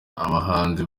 abahanzi